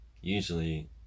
Usually